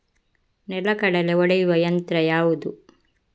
ನೆಲಗಡಲೆ ಒಡೆಯುವ ಯಂತ್ರ ಯಾವುದು?